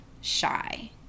shy